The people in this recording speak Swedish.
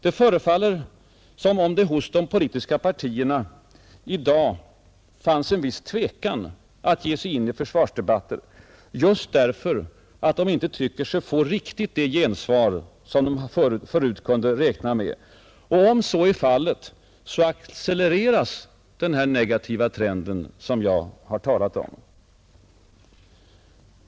Det förefaller som om det hos de politiska partierna i dag fanns en viss tvekan att ge sig in i försvarsdebatter just därför att de inte tycker sig få riktigt det gensvar som de förut kunde räkna med. Om så är fallet, accelereras den negativa trenden som jag har talat om.